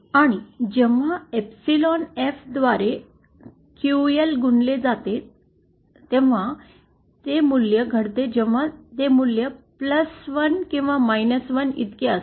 आणि जेव्हा epsilon F द्वारे QL गुणले जाते तेव्हा ते मूल्य घडते जेव्हा ते मूल्य 1 किंवा 1 इतके असते